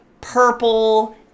purple